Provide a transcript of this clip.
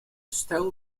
stole